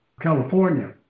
California